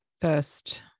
first